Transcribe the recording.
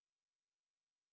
hello what's your name